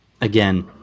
Again